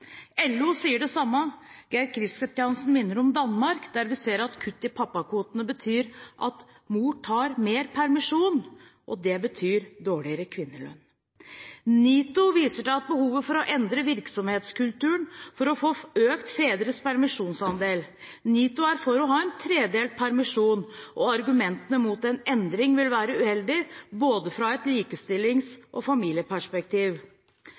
LO sier det samme. Gerd Kristiansen viser til Danmark, der vi ser at kuttet i pappakvoten betyr at mor tar mer permisjon, og det betyr dårligere kvinnelønn. NITO viser til behovet for å endre virksomhetskulturen for å få økt fedres permisjonsandel. NITO er for å ha en tredelt permisjon, og argumenterer med at en endring vil være uheldig både fra et likestillings- og familieperspektiv.